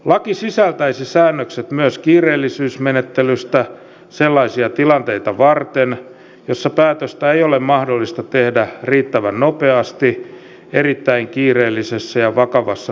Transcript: laki sisältäisi säännökset myös kiireellisyysmenettelystä sellaisia tilanteita varten joissa päätöstä ei ole mahdollista tehdä riittävän nopeasti erittäin kiireellisessä ja vakavassa tilanteessa